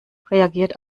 reagiert